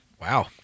Wow